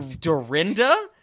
Dorinda